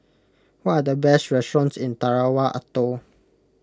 what are the best restaurants in Tarawa Atoll